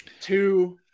two